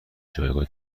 جایگاه